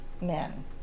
men